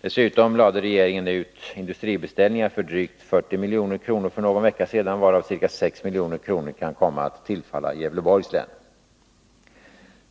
Dessutom lade regeringen ut industribeställningar för drygt 40 milj.kr. för någon vecka sedan, varav ca 6 milj.kr. kan komma att tillfalla Gävleborgs län.